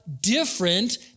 different